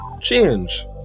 change